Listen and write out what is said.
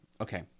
Okay